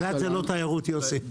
אילת זה לא תיירות, יוסי.